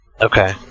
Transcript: Okay